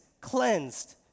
cleansed